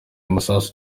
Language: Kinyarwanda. masasu